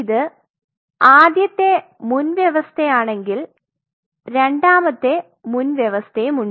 ഇത് ആദ്യത്തെ മുൻവ്യവസ്ഥയാണെങ്കിൽ രണ്ടാമത്തെ മുൻവ്യവസ്ഥയുണ്ട്